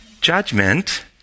judgment